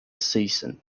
season